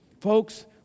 Folks